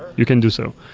you can do so.